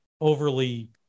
overly